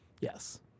Yes